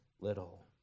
little